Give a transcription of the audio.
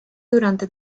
durante